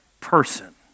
person